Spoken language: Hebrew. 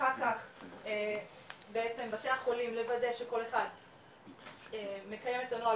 אחר כך בעצם בתי החולים לוודא שכל אחד מקיים את הנוהל